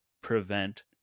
prevent